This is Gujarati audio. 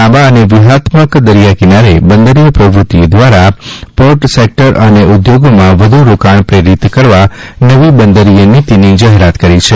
લાંબા અને વ્યૂહાત્મક દરિયા કિનારે બંદરીય પ્રવૃત્તિ દ્વારા પોર્ટ સેકટર અને ઊદ્યોગોમાં વધુ રોકાણો પ્રેરિત કરવા નવી બંદરીય નીતિની જાહેરાત કરી છે